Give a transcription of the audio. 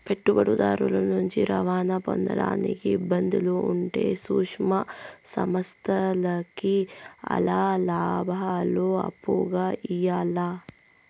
పెట్టుబడిదారుల నుంచి రుణాలు పొందేదానికి ఇబ్బందులు ఉంటే సూక్ష్మ సంస్థల్కి ఆల్ల లాబాలు అప్పుగా ఇయ్యాల్ల